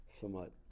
somewhat